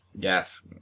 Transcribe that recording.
Yes